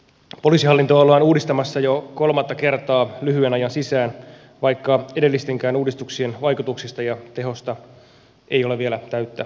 poliisihallintoa ollaan uudistamassa jo kolmatta kertaa lyhyen ajan sisään vaikka edellistenkään uudistusten vaikutuksista ja tehosta ei ole vielä täyttä tietoa